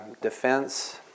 defense